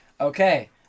Okay